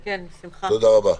שלום רב,